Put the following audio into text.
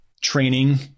training